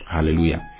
Hallelujah